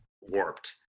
warped